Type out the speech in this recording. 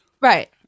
Right